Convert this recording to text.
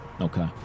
Okay